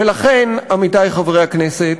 ולכן, עמיתי חברי הכנסת,